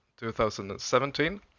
2017